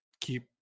keep